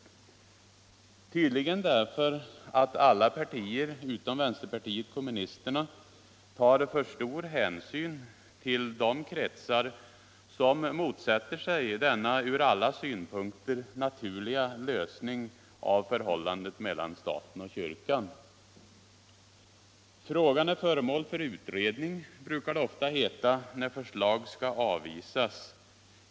Jo, tydligen därför att alla partier utom vänsterpartiet kommunisterna tar för stor hänsyn till de kretsar som motsätter sig denna ur alla synpunkter naturliga lösning av förhållandet mellan staten och kyrkan. Frågan är föremål för utredning, brukar det ofta heta när förslag skall avvisas.